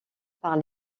par